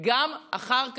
וגם אחר כך,